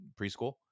preschool